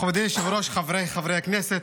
מכובדי היושב-ראש, חבריי חברי הכנסת,